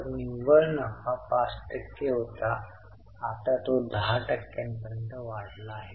तर गुंतवणूकीची विक्री 2000 अधिक 2000 4000 वर्षासाठीची आवक आहे